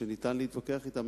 שניתן להתווכח אתן,